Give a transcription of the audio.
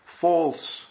false